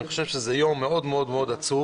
אני חושב שזה יום מאוד מאוד עצוב.